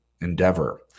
Endeavor